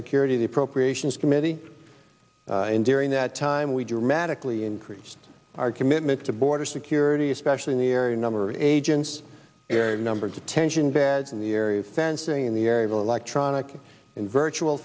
security the appropriations committee and during that time we dramatically increased our commitment to border security especially in the area number agents number of detention beds in the area the fencing in the area the electronic and virtual